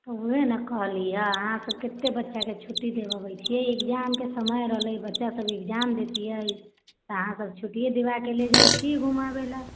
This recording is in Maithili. उहे न कहली यऽ अहाँ सब कते बच्चा के छुट्टी दियबै छी एग्जाम के समय आ रहलै बच्चा सब एग्जाम देतियै तऽ अहाँ सब छूटिये दिया के ले जाइ छी घुमाबे लए